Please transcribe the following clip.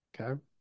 Okay